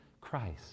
Christ